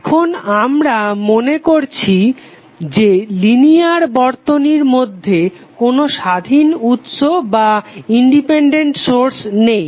এখন আমরা মনে করে নিচ্ছি যে লিনিয়ার বর্তনীর মধ্যে কোনো স্বাধীন উৎস নেই